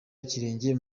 ikirenge